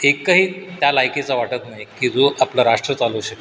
एकही त्या लायकीचा वाटत नाही की जो आपला राष्ट्र चालवू शकेल